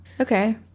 Okay